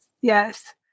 yes